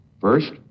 First